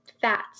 fats